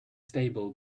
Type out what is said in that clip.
stable